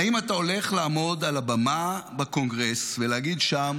האם אתה הולך לעמוד על הבמה בקונגרס ולהגיד שם: